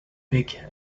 big